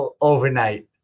Overnight